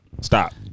stop